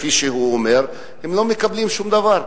כפי שהוא אומר, לא מקבלים שום דבר.